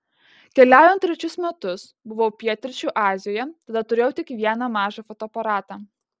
keliaujant trečius metus buvau pietryčių azijoje tada turėjau tik vieną mažą fotoaparatą